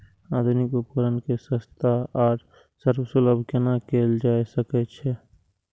आधुनिक उपकण के सस्ता आर सर्वसुलभ केना कैयल जाए सकेछ?